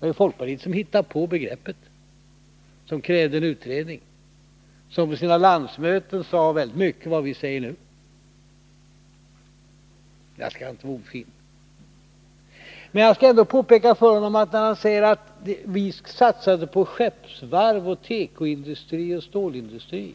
Det var folkpartiet som hittade på begreppet, som krävde en utredning och som på sina landsmöten sade väldigt mycket av det vi säger nu. Jag skall alltså inte vara ofin, men jag skall ändå göra följande påpekande när Ola Ullsten säger att vi satsat på skeppsvarv, på tekoindustri och stålindustri.